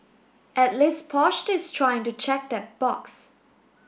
at least Porsche is trying to check that box